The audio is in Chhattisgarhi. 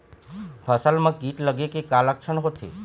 फसल म कीट लगे के का लक्षण होथे?